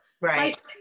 Right